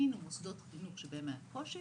זיהינו מוסדות חינוך שבהם היה קושי